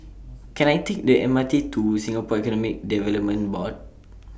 Can I Take The M R T to Singapore Economic Development Board